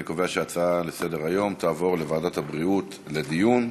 אני קובע שההצעות לסדר-היום תעבורנה לוועדת הבריאות לדיון.